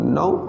now